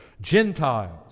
Gentiles